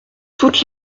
toutes